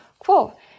Cool